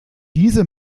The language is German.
diese